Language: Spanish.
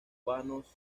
vanos